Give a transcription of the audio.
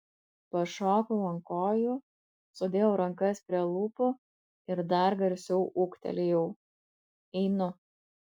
pašokau ant kojų sudėjau rankas prie lūpų ir dar garsiau ūktelėjau einu